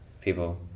People